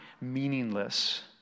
meaningless